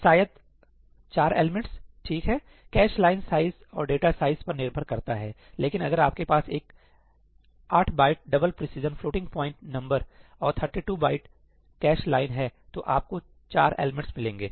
शायद 4 एलिमेंट्स ठीक है कैश लाइन साइज और डेटा साइजपर निर्भर करता है लेकिन अगर आपके पास एक 8 byte double precision floating point number और 32 बाइट कैश लाइन है तो आपको 4 एलिमेंट्स मिलेंगे